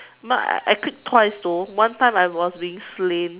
but I I click twice though one time I was being flamed